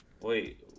Wait